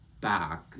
back